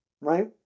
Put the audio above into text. right